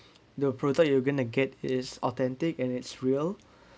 the product you gonna get is authentic and it's real